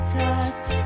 touch